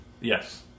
Yes